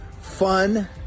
fun